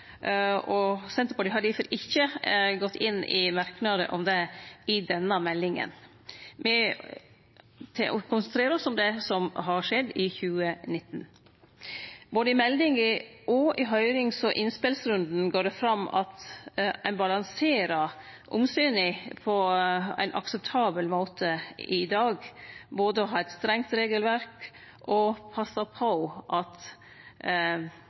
Senterpartiet har difor ikkje gått inn i merknader om det i samband med denne meldinga. Me konsentrerer oss om det som har skjedd i 2019. Både i meldinga og i høyrings- og innspelsrunden går det fram at ein balanserer omsyna på ein akseptabel måte i dag – både å ha eit strengt regelverk og passe på at